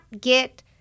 get